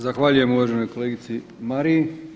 Zahvaljujem uvaženoj kolegici Mariji.